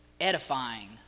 edifying